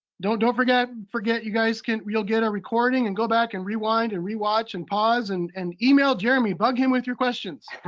don't don't forget forget you guys, you'll get a recording. and go back and rewind and rewatch and pause, and and email jeremy. bug him with your questions.